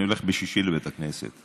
אני הולך בשישי לבית הכנסת.